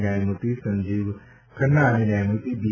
ન્યાયમૂર્તિ સંજીવ ખન્ના અને ન્યાયમૂર્તિ બી